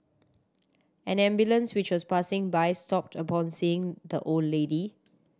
an ambulance which was passing by stopped upon seeing the old lady